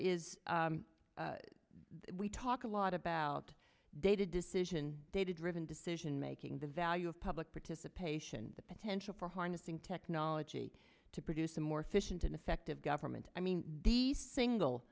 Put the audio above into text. is we talk a lot about data decision data driven decision making the value of public participation the potential for harnessing technology to produce a more efficient and effective government i mean the single